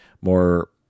more